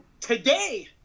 today